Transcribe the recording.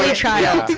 yeah child.